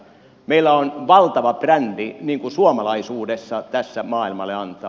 meillä on valtava brändi suomalaisuudessa tässä maailmalle antaa